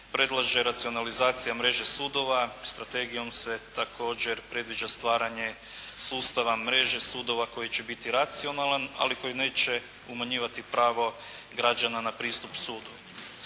predlaže racionalizacija mreže sudova, strategijom se također predviđa stvaranje sustava mreže sudova koji će biti racionalan, ali koji neće umanjivati pravo građana na pristup sudu.